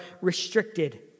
restricted